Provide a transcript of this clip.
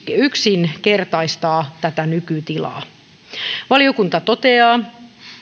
yksinkertaistaa tätä nykytilaa valiokunta toteaa